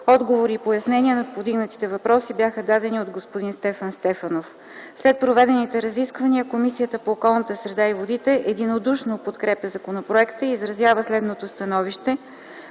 Отговори и пояснения на повдигнатите въпроси бяха дадени от господин Стефан Стефанов. След проведените разисквания, Комисията по околната среда и водите единодушно подкрепи законопроекта и изразява следното становище: